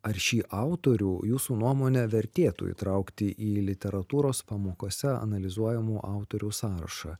ar šį autorių jūsų nuomone vertėtų įtraukti į literatūros pamokose analizuojamų autorių sąrašą